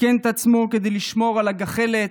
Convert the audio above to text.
סיכן את עצמו כדי לשמור על הגחלת,